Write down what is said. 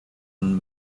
one